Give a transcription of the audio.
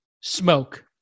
smoke